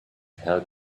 held